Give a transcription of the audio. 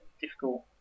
difficult